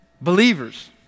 Believers